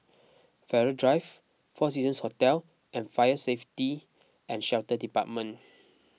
Farrer Drive four Seasons Hotel and Fire Safety at Shelter Department